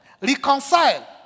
reconcile